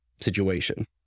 situation